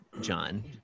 john